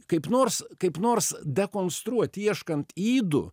kaip nors kaip nors dekonstruoti ieškant ydų